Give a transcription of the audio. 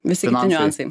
visi kiti niuansai